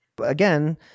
Again